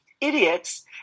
Idiots